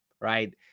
right